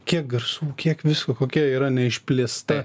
kiek garsų kiek visko kokia yra neišplėsta